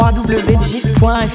www.gif.fr